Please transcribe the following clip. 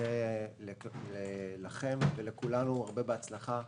לכם ולכולנו הרבה בהצלחה.